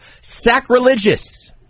sacrilegious